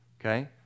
Okay